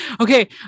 okay